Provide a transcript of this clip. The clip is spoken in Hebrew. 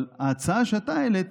אבל ההצעה שאתה העלית